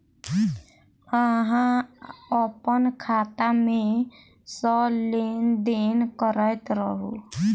अहाँ अप्पन खाता मे सँ लेन देन करैत रहू?